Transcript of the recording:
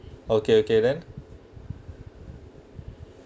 okay okay then